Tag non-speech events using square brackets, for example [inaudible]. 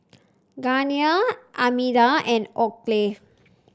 [unintelligible] Armida and [unintelligible]